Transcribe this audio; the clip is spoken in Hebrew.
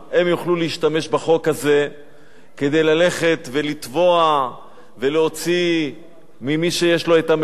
הם יוכלו להשתמש בחוק הזה כדי ללכת ולתבוע ולהוציא ממי שיש לו המידע